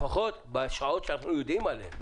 לפחות בשעות שאנחנו יודעים עליהן,